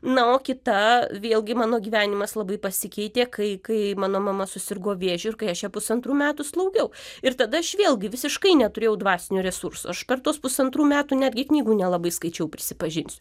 na o kita vėlgi mano gyvenimas labai pasikeitė kai kai mano mama susirgo vėžiu ir kai aš ją pusantrų metų slaugiau ir tada aš vėlgi visiškai neturėjau dvasinių resursų aš per tuos pusantrų metų netgi knygų nelabai skaičiau prisipažinsiu